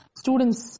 students